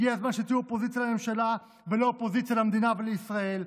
הגיע הזמן שתהיה אופוזיציה לממשלה ולא אופוזיציה למדינה ולישראל.